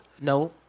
No